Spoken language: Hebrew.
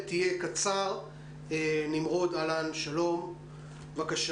ראיתי תוכנית יפה מאוד שהוצאתם בבוקר: